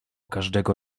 każdego